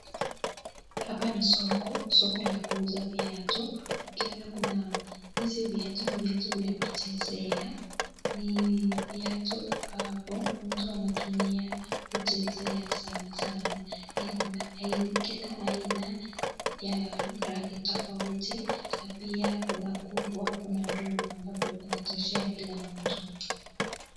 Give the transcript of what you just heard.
Hapa ni soko la kuuza viatu. Hizi ni viatu ya kuchezea, na iko kila aina ya viatu ya rangi tofauti. Na pia kuna kubwa na ndogo amabayo inatoshea kila mtu.